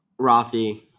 Rafi